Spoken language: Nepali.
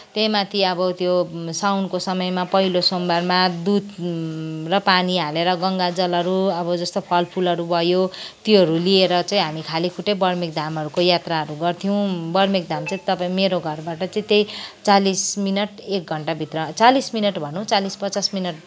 त्यही माथि अब त्यो साउनको समयमा पहिलो सोमबारमा दुध र पानी हालेर गङ्गा जलहरू अब जस्तो फलफुलहरू भयो त्योहरू लिएर चाहिँ हामी खाली खुट्टै बर्मिक धामहरूको यात्राहरू गर्थ्यौँ बर्मिकधाम चाहिँ तपाईँ मेरो घरबाट चाहिँ त्यही चालिस मिनट एक घन्टाभित्र चालिस मिनट भनौँ चालिस पचास मिनट